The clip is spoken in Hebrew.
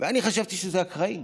ואני חשבתי שזה אקראי.